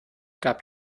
gab